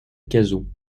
cazaux